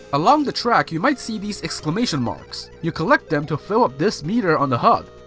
along the track you might see these exclamation marks. you collect them to fill up this meter on the hud,